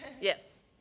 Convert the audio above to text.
Yes